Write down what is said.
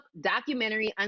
documentary